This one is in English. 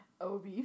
OB